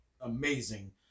amazing